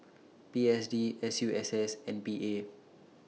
P S D S U S S and P A